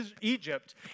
Egypt